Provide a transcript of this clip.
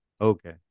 Okay